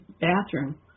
bathroom